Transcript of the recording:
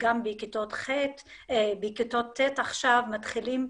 גם בכיתות ט' עכשיו מתחילים.